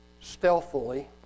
stealthily